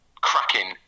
cracking